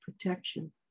protection